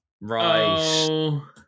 Right